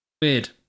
weird